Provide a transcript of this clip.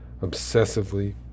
obsessively